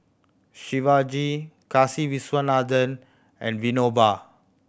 Shivaji Kasiviswanathan and Vinoba